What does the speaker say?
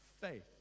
faith